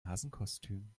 hasenkostüm